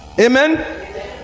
Amen